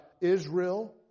Israel